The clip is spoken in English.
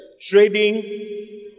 Trading